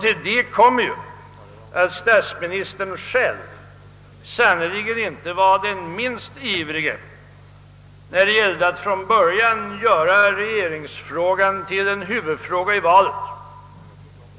Till detta kommer ju att statsministern själv sannerligen inte var den minst ivrige när det gällde att från början göra regeringsfrågan till en huvudfråga i valet.